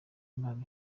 mabi